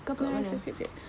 kat mana